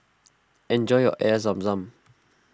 enjoy your Air Zam Zam